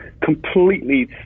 Completely